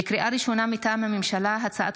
לקריאה ראשונה, מטעם הממשלה: